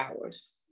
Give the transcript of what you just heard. hours